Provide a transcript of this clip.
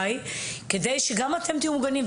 כדי שגם אתם תהיו מוגנים,